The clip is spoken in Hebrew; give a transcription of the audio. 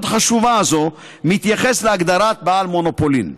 חשובה הזאת מתייחס להגדרת "בעל מונופולין".